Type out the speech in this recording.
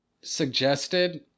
suggested